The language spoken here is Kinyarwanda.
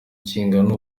kingana